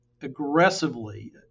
aggressively